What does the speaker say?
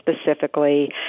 specifically